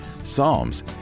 Psalms